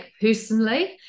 personally